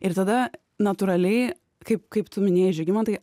ir tada natūraliai kaip kaip tu minėjai žygimantai